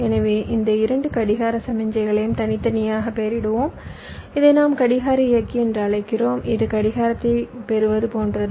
எனவே இந்த இரண்டு கடிகார சமிக்ஞையையும் தனித்தனியாக பெயரிடுவோம் இதை நாம் கடிகார இயக்கி என்று அழைக்கிறோம் இது கடிகாரத்தைப் பெறுவது போன்றது